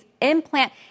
implant